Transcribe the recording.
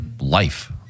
life